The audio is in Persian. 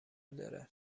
داره